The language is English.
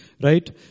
Right